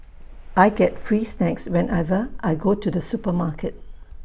I get free snacks whenever I go to the supermarket